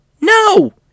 no